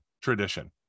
tradition